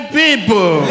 people